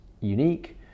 unique